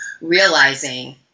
realizing